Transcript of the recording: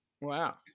wow